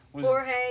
Jorge